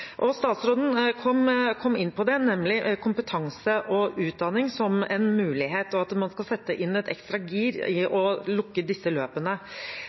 Statsråden kom inn på det, nemlig kompetanse og utdanning som en mulighet, og at man skal sette inn et ekstra gir i å lukke disse løpene.